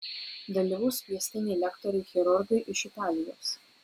dalyvaus kviestiniai lektoriai chirurgai iš italijos